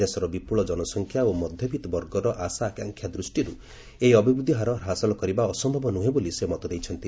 ଦେଶର ବିପୁଳ ଜନସଂଖ୍ୟା ଓ ମଧ୍ୟବିତ୍ତ ବର୍ଗର ଆଶାଆକାଂକ୍ଷା ଦୃଷ୍ଟିରୁ ଏହି ଅଭିବୃଦ୍ଧି ହାର ହାସଲ କରିବା ଅସ୍ୟବ ନୁହେଁ ବୋଲି ସେ ମତ ଦେଇଛନ୍ତି